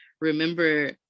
remember